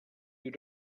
you